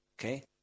Okay